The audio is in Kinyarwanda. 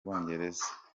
bwongereza